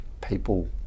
people